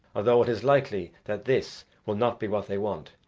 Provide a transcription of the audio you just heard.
although it is likely that this will not be what they want,